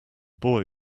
boy